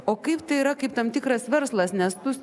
o kaip tai yra kaip tam tikras verslas nes tu